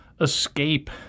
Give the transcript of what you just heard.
escape